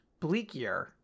Bleakier